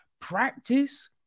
Practice